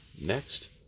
Next